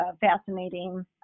fascinating